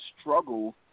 struggle